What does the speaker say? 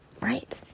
Right